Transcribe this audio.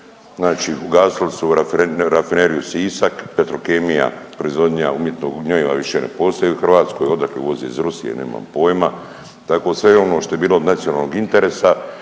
Znači ugasili su Rafineriju Sisak, Petrokemija proizvodnja umjetnog gnjojiva više ne postoji u Hrvatskoj. Odakle uvoze iz Rusije? Nemam pojma. Tako sve ono što je bilo od nacionalnog interesa